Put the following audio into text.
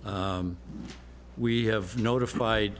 that we have notified